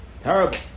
Terrible